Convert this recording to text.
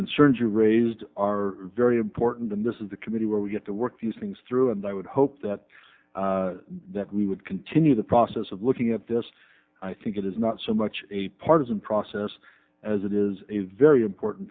concerns you raised are very important and this is the committee where we get to work these things through and i would hope that that we would continue the process of looking at this i think it is not so much a partisan process as it is a very important